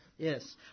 Yes